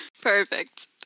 Perfect